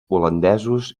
holandesos